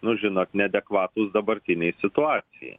nu žinot neadekvatūs dabartinei situacijai